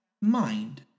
mind